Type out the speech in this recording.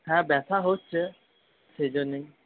হ্যাঁ ব্যথা হচ্ছে সেজন্যই